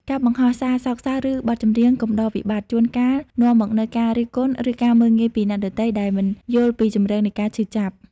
ការបង្ហោះសារសោកសៅ ឬបទចម្រៀងកំដរវិបត្តិ ជួនកាលនាំមកនូវការរិះគន់ ឬការមើលងាយពីអ្នកដទៃ ដែលមិនយល់ពីជម្រៅនៃការឈឺចាប់។